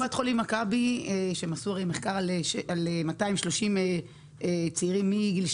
לפי מחקר שעשתה קופת החולים מכבי בקרב 230 צעירים בגילאי